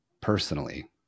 personally